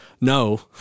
No